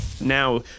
Now